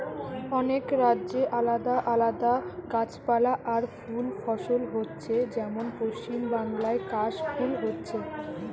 অনেক রাজ্যে আলাদা আলাদা গাছপালা আর ফুল ফসল হচ্ছে যেমন পশ্চিমবাংলায় কাশ ফুল হচ্ছে